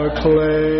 clay